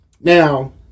Now